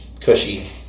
cushy